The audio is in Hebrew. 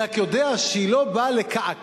אני רק יודע שהיא לא באה לקעקע,